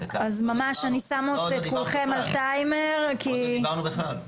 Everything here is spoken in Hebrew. אז אני שמה את כולכם על טיימר כי --- עוד לא דיברנו בכלל.